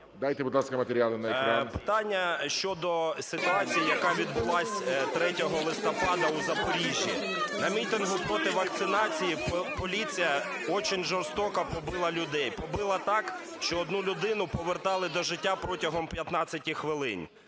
Питання щодо ситуації, яка відбулася 3 листопада у Запоріжжі. На мітингу проти вакцинації поліція дуже жорстоко побила людей, побила так, що одну людину повертали до життя протягом 15 хвилин.